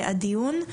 הדיון.